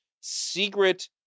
secret